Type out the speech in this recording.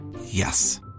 Yes